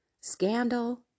scandal